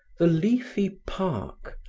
the leafy park,